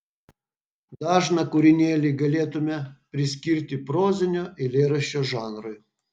dažną kūrinėlį galėtumėme priskirti prozinio eilėraščio žanrui